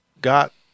got